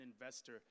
investor